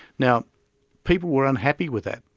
now people were unhappy with that.